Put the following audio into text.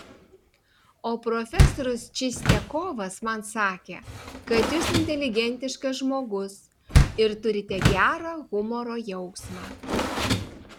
o profesorius čistiakovas man sakė kad jūs inteligentiškas žmogus ir turite gerą humoro jausmą